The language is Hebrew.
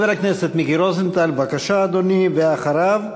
חבר הכנסת מיקי רוזנטל, בבקשה, אדוני, ואחריו,